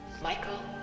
Michael